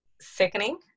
sickening